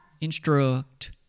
instruct